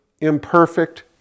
imperfect